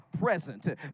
present